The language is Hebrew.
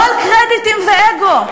לא על קרדיטים ואגו,